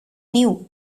new